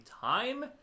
time